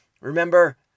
remember